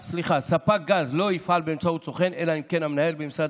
ספק גז לא יפעל באמצעות סוכן אלא אם כן המנהל במשרד